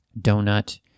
donut